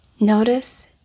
Notice